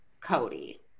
Cody